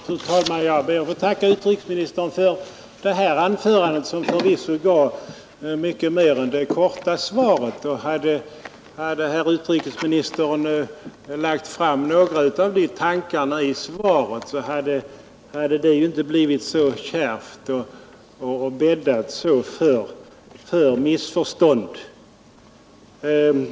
Fru talman! Jag ber att få tacka utrikesministern för det här anförandet, som förvisso gav mycket mer än det korta svaret. Och hade herr utrikesministern lagt fram några av de här tankarna i svaret, så hade det ju inte blivit så kärvt och bäddat så för missförstånd.